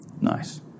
Nice